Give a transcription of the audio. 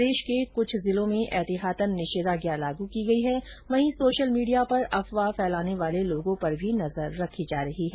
प्रदेष के कुछ जिलों में ऐतिहातन निषेधाज्ञा लागू की गयी है वहीं सोषल मीडिया पर अफवाह फैलाने वाले लोगों पर भी नजर रखी जा रही है